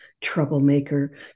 Troublemaker